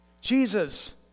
Jesus